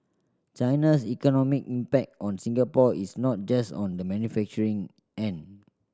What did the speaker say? China's economic impact on Singapore is not just on the manufacturing end